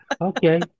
okay